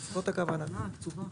במקום "את המכסה הארצית להטלה,